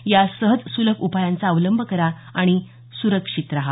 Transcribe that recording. या सहज सुलभ उपायांचा अवलंब करा आणि सुरक्षित रहा